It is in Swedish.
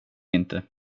inte